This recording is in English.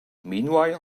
meanwhile